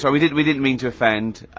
so we didn't we didn't mean to offend